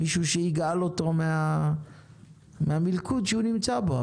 מישהו שיגאל אותו מהמלכוד שהוא נמצא בו.